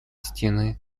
стены